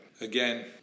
Again